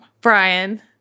Brian